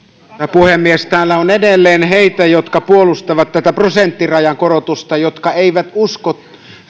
puhemies täällä on edelleen niitä jotka puolustavat tätä prosenttirajan korotusta jotka eivät usko